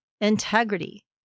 integrity